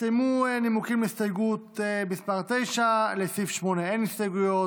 הסתיימו הנימוקים להסתייגות מס' 9. לסעיף 8 אין הסתייגויות.